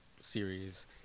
series